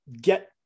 get